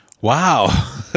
wow